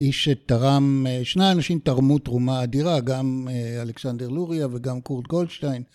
איש שתרם, שני האנשים תרמו תרומה אדירה, גם אלכסנדר לוריה וגם קורט גולדשטיין.